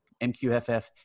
MQFF